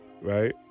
right